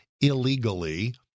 illegally